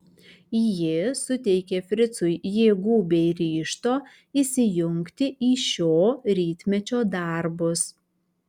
ji suteikė fricui jėgų bei ryžto įsijungti į šio rytmečio darbus